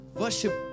worship